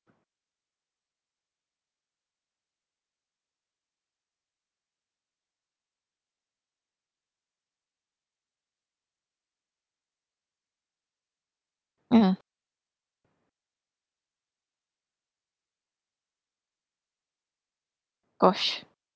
mmhmm gosh